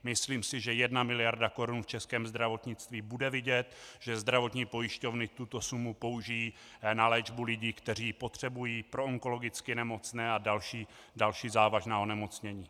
Myslím si, že jedna miliarda korun v českém zdravotnictví bude vidět, že zdravotní pojišťovny tuto sumu použijí na léčbu lidí, kteří ji potřebují, pro onkologicky nemocné a další závažná onemocnění.